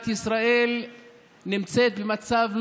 המצוקה של העסקים הקטנים,